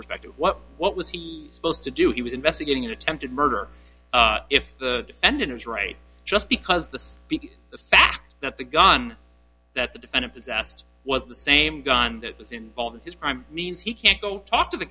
perspective what what with a book to do he was investigating an attempted murder if the defendant is right just because the the fact that the gun that the defendant that that was the same gun that was involved in his crime means he can't go talk to the